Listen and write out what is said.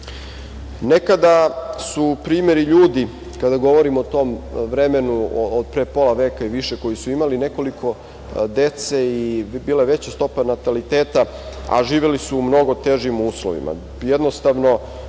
Nekada su primeri ljudi, kada govorim o tom vremenu od pre pola veka i više, koji su imali nekoliko dece i bila je veća stopa nataliteta, a živeli su u mnogo težim uslovima.